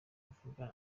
mvuga